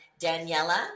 Daniela